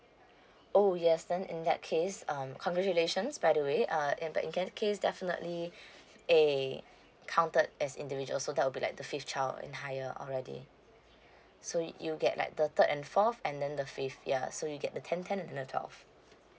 oh yes then in that case um congratulations by the way uh in but in any case definitely eh counted as individual so that will be like the fifth child and higher already so you get like the third and fourth and then the fifth ya so you get the ten ten and then the twelve